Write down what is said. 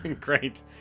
Great